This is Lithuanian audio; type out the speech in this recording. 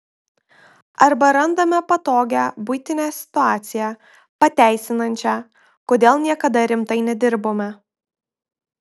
arba randame patogią buitinę situaciją pateisinančią kodėl niekada rimtai nedirbome